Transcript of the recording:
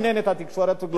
זה לא מעניין את התקשורת.